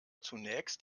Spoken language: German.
zunächst